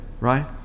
right